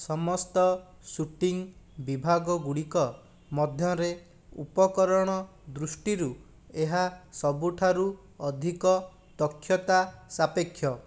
ସମସ୍ତ ସୁଟିଂ ବିଭାଗଗୁଡ଼ିକ ମଧ୍ୟରେ ଉପକରଣ ଦୃଷ୍ଟିରୁ ଏହା ସବୁଠାରୁ ଅଧିକ ଦକ୍ଷତା ସାପେକ୍ଷ